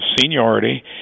seniority